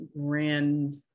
grand